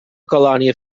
colònia